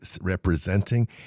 representing